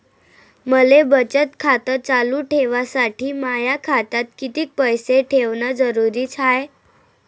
मले बचत खातं चालू ठेवासाठी माया खात्यात कितीक पैसे ठेवण जरुरीच हाय?